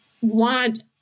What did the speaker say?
want